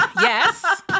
Yes